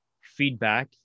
feedback